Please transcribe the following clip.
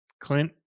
Clint